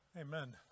Amen